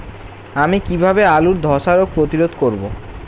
আমি কিভাবে আলুর ধ্বসা রোগ প্রতিরোধ করব?